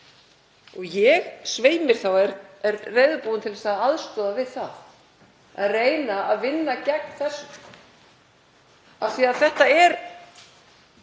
Ég svei mér þá er reiðubúin til að aðstoða við það að reyna að vinna gegn þessu af því að þetta er